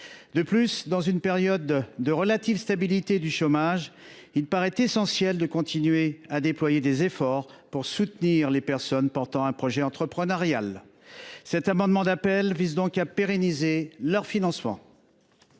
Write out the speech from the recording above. De plus, dans une période de relative stabilité du chômage, il paraît essentiel de continuer à déployer des efforts pour soutenir les personnes portant un projet entrepreneurial. Cet amendement d’appel vise donc à pérenniser leur financement.